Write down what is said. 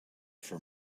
for